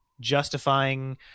justifying